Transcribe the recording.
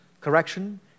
correction